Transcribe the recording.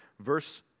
Verse